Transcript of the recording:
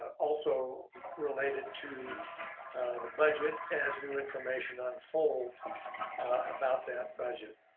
also related to the budget as new information unfolds about that budget.